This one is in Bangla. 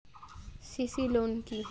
সি.সি লোন কি?